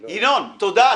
ינון, תודה.